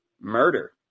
murder